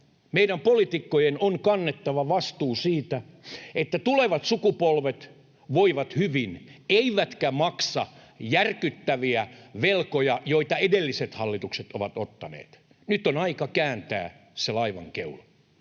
Meidän poliitikkojen on kannettava vastuu siitä, että tulevat sukupolvet voivat hyvin eivätkä maksa järkyttäviä velkoja, joita edelliset hallitukset ovat ottaneet. Nyt on aika kääntää laivan keula.